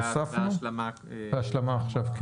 וההשלמה שנאמרה עכשיו.